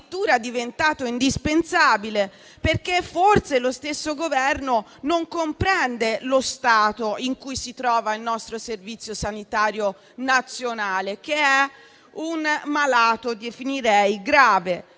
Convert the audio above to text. diventato indispensabile, perché forse lo stesso Governo non comprende lo stato in cui si trova il nostro Servizio sanitario nazionale, che è un malato che definirei grave.